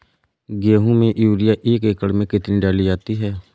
गेहूँ में यूरिया एक एकड़ में कितनी डाली जाती है?